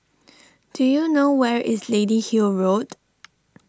do you know where is Lady Hill Road